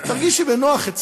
תרגישי בנוח, הצלחת.